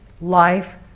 life